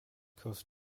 coast